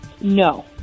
No